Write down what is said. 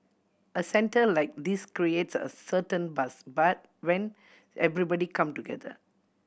a centre like this creates a certain buzz bar when everybody come together